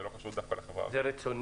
זה לא קשור דווקא לחברה --- זה רצוני,